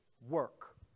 work